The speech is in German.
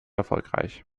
erfolgreich